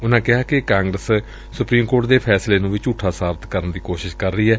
ਉਨਾਂ ਕਿਹਾ ਕਿ ਕਾਂਗਰਸ ਸੁਪਰੀਪ ਕੋਰਟ ਦੇ ਫੈਸਲੇ ਨੂੰ ਵੀ ਝੂਠਾ ਸਾਬਤ ਕਰ ਰਹੀ ਏ